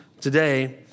today